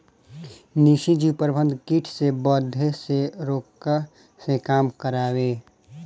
नाशीजीव प्रबंधन किट के बढ़े से रोकला के काम करेला